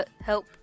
help